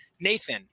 Nathan